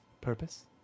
Purpose